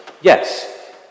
yes